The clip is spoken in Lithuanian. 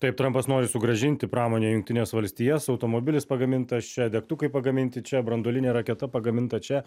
taip trampas nori sugrąžinti pramonę į jungtines valstijas automobilis pagamintas čia degtukai pagaminti čia branduolinė raketa pagaminta čia